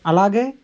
అలాగే